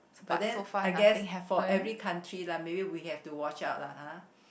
but then I guess for every country lah maybe we have to watch out lah !huh!